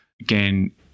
Again